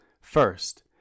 first